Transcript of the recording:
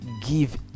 give